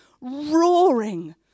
roaring